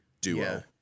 duo